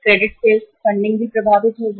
credit sales funding भी प्रभावित होगी